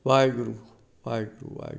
Waheguru Waheguru Waheguru